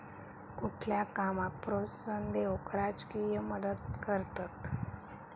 कुठल्या कामाक प्रोत्साहन देऊक राजकीय मदत करतत